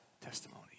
testimony